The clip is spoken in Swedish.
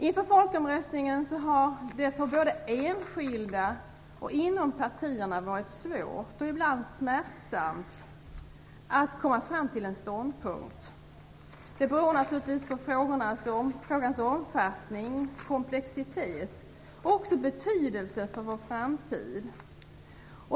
Inför folkomröstningen har det både för enskilda och inom partierna varit svårt, ibland smärtsamt, att komma fram till en ståndpunkt. Det beror naturligtvis på frågans omfattning och komplexitet och dess betydelse för vår framtid.